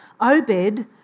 Obed